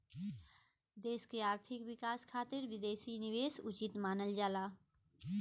देश क आर्थिक विकास खातिर विदेशी निवेश उचित मानल जाला